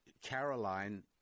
Caroline